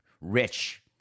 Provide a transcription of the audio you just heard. Rich